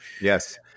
Yes